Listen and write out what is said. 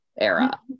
era